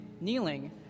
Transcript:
kneeling